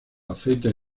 aceites